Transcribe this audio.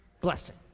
blessing